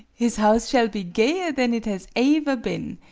his house shall be gayer than it has aever been.